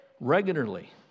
regularly